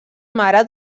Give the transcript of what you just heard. mare